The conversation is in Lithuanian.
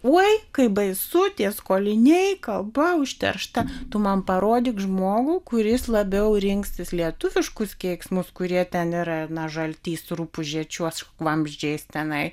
oi kaip baisu tie skoliniai kalba užteršta tu man parodyk žmogų kuris labiau rinksis lietuviškus keiksmus kurie ten yra na žaltys rupūžė čiuožk vamzdžiais tenai